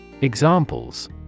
Examples